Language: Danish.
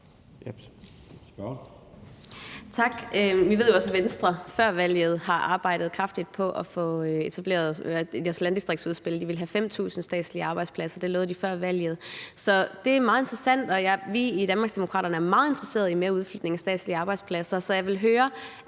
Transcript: Vi ved jo også, at Venstre før valget har arbejdet kraftigt på at få etableret deres landdistriktsudspil, og at de ville have oprettet 5.000 statslige arbejdspladser; det lovede de før valget. Så det er meget interessant, og vi i Danmarksdemokraterne er meget interesseret i mere udflytning af statslige arbejdspladser,